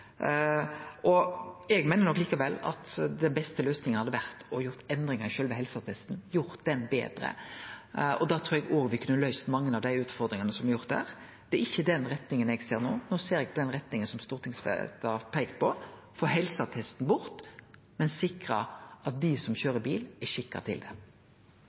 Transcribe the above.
Eg meiner nok likevel at den beste løysinga hadde vore å gjere endringar i sjølve helseattesten, gjort den betre. Da trur eg òg me kunne løyst mange av dei utfordringane som ligg der, men det er ikkje i den retninga eg ser no. No ser eg i den retninga som stortingsfleirtalet har peika – få helseattesten bort, men sikre at dei som køyrer bil, er skikka til det.